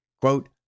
quote